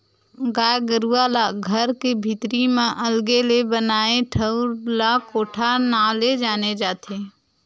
गाय गरुवा ला घर के भीतरी म अलगे ले बनाए ठउर ला कोठा नांव ले जाने जाथे